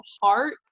heart